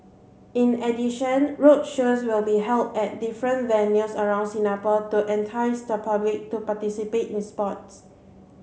in addition roadshows will be held at different venues around Singapore to entice the public to participate in sports